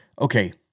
okay